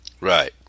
Right